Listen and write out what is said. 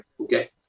okay